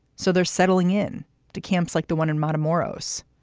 so they're settling in to camps like the one in my tomorrows.